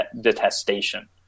detestation